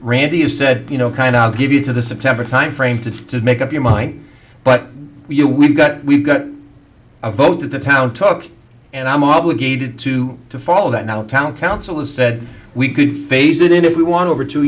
randy has said you know kind of give you to the september timeframe to make up your mind but you we've got we've got a vote at the town talk and i'm obligated to to follow that now town council has said we could phase it in if we want over two